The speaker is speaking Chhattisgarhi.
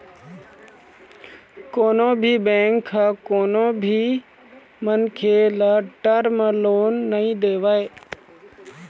कोनो भी बेंक ह कोनो भी मनखे ल टर्म लोन नइ देवय